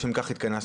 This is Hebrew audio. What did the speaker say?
לשם כך התכנסנו.